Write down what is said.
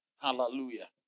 Hallelujah